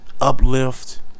uplift